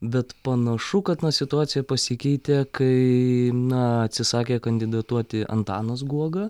bet panašu kad na situacija pasikeitė kai na atsisakė kandidatuoti antanas guoga